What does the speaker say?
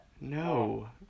no